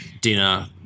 dinner